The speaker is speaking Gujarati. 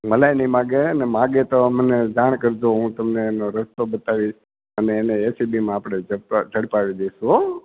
મલાઇ ને માંગે અને માંગે તો અમને જાણ કરજો હું તમને એનો રસ્તો બતાવીશ અને એને એસીડીમાં આપડે ઝડપાવી દેશું હોં